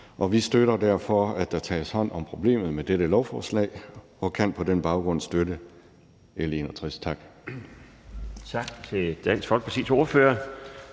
Vi støtter derfor, at der tages hånd om problemet med dette lovforslag, og kan på den baggrund støtte